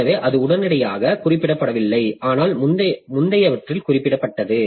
எனவே அது உடனடியாக குறிப்பிடப்படவில்லை ஆனால் முந்தையவற்றில் குறிப்பிடப்பட்டது